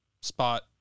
spot